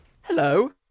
Hello